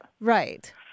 Right